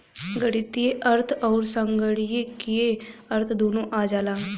गणीतीय अर्थ अउर संगणकीय अर्थ दुन्नो आ जाला